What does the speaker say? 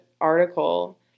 article